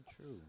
true